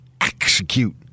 Execute